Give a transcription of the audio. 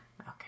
Okay